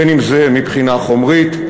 בין שזה מבחינה חומרית.